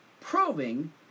proving